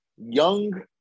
young